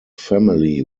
family